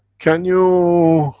can you.